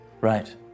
Right